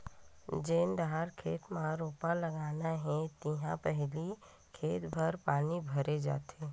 जेन डहर खेत म रोपा लगाना हे तिहा पहिली खेत भर पानी भरे जाथे